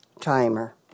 timer